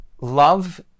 Love